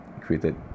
created